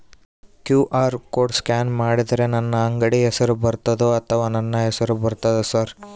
QR code scan ಮಾಡಿದರೆ ನನ್ನ ಅಂಗಡಿ ಹೆಸರು ಬರ್ತದೋ ಅಥವಾ ನನ್ನ ಹೆಸರು ಬರ್ತದ ಸರ್?